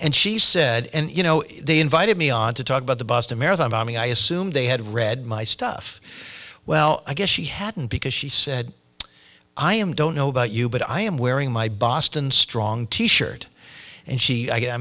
and she said and you know they invited me on to talk about the boston marathon bombing i assume they had read my stuff well i guess she hadn't because she said i am don't know about you but i am wearing my boston strong t shirt and she